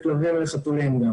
לכלבים וחתולים.